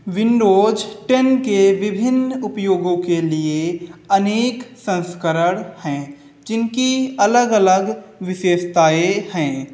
Windows ten के विभिन्न उपयोगों के लिए अनेक संस्करण हैं जिनकी अलग अलग विशेषताएँ हैं